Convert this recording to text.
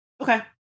Okay